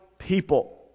people